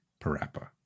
Parappa